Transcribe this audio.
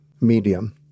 medium